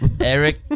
Eric